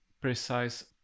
precise